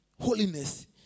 Holiness